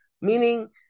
Meaning